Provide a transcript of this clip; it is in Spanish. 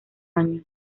año